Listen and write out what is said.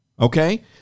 Okay